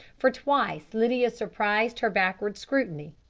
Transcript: for twice lydia surprised her backward scrutiny.